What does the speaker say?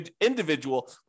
individual